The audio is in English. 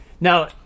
Now